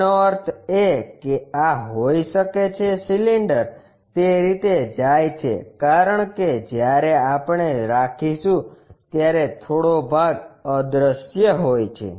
તેનો અર્થ એ કે આ હોઈ શકે છે સિલિન્ડર તે રીતે જાય છે કારણ કે જ્યારે આપણે રાખીશું ત્યારે થોડો ભાગ અદ્રશ્ય હોય છે